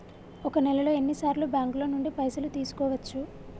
ఒక నెలలో ఎన్ని సార్లు బ్యాంకుల నుండి పైసలు తీసుకోవచ్చు?